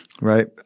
right